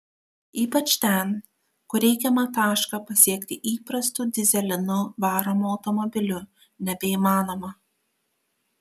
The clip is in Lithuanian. ypač ten kur reikiamą tašką pasiekti įprastu dyzelinu varomu automobiliu nebeįmanoma